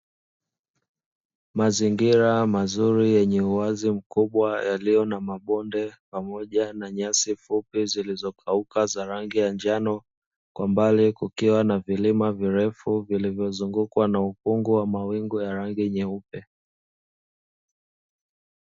Mazingira mazuri yenye uwazi mkubwa yaliyo na mabonde pamoja na nyasi fupi zilizokauka za rangi ya njano, kwa mbali kukiwa na vilima virefu vilivyozungukwa na ukungu wa mawingu ya rangi nyeupe.